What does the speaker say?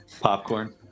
Popcorn